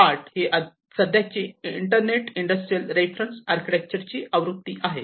8 ही सध्याची internet industrial reference आर्किटेक्चरची आवृत्ती आहे